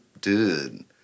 dude